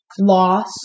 loss